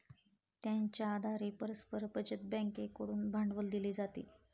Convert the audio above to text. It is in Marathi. त्यांच्या आधारे परस्पर बचत बँकेकडून भांडवल दिले जाते